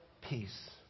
peace